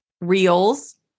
reels